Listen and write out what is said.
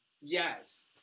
Yes